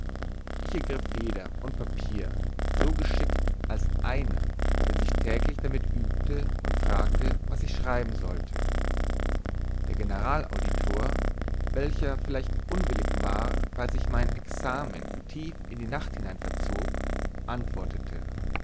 ich ergriff feder und papier so geschicklich als einer der sich täglich damit übte und fragte was ich schreiben sollte der generalauditor welcher vielleicht unwillig war weil sich mein examen tief in die nacht hinein verzog antwortete